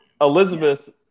Elizabeth